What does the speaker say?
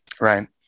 Right